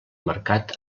marcat